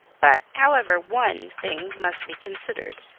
but, however, one thing must be considered.